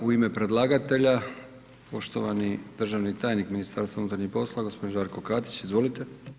U ime predlagatelja, poštovani državni tajnik MUP-a, g. Žarko Katić, izvolite.